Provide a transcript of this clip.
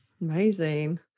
Amazing